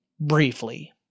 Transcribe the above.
briefly